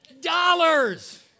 dollars